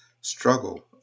struggle